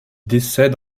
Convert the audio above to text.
décède